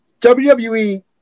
WWE